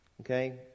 Okay